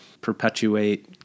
perpetuate